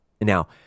Now